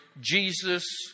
Jesus